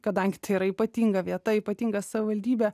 kadangi tai yra ypatinga vieta ypatinga savivaldybė